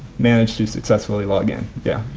managed to succssfully login. yeah,